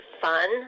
fun